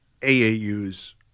AAU's